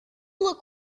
look